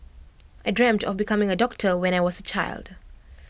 I dreamt of becoming A doctor when I was A child